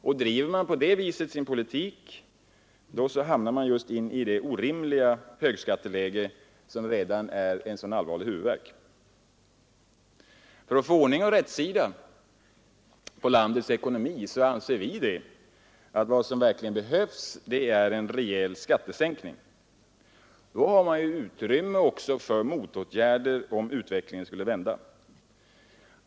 Driver man sin politik på det viset, hamnar man just i det orimliga högskatteläge som redan ger en sådan allvarlig huvudvärk. Det som verkligen behövs för att få ordning och rätsida på landets ekonomi, anser vi, är en rejäl skattesänkning. Då har man också utrymme för motåtgärder om utvecklingen skulle vända.